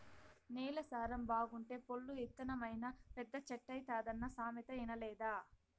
నేల సారం బాగుంటే పొల్లు ఇత్తనమైనా పెద్ద చెట్టైతాదన్న సామెత ఇనలేదా